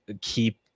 keep